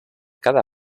cada